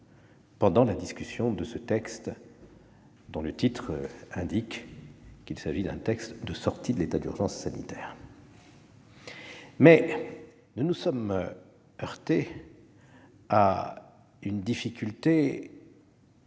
pendant la discussion du présent texte, dont le titre indique qu'il a pour objet la sortie de l'état d'urgence sanitaire. Mais nous nous sommes heurtés à une difficulté,